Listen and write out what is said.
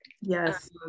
Yes